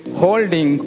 holding